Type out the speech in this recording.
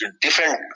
different